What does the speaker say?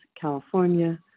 California